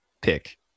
pick